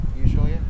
Usually